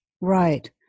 Right